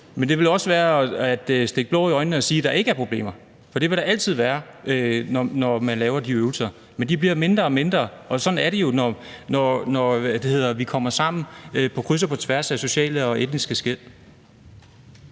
men det ville også være at stikke blår i øjnene at sige, at der ikke er problemer, for det vil der altid være, når man laver de øvelser. Men de bliver mindre og mindre, og sådan er det jo, når vi kommer sammen på kryds og tværs af sociale og etniske skel.